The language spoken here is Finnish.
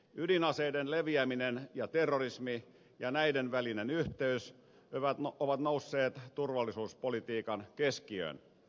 ydinaseiden leviäminen ja terrorismi ja näiden välinen yhteys ovat nousseet turvallisuuspolitiikan keskiöön